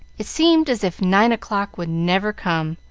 it seemed as if nine o'clock would never come,